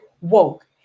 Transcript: woke